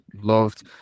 loved